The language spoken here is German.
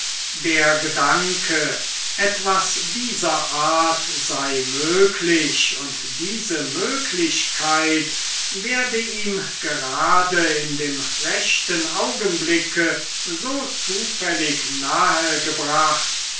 der gedanke etwas dieser art sei möglich und diese möglichkeit werde ihm gerade in dem rechten augenblicke so zufällig nahe gebracht